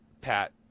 Pat